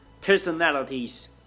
personalities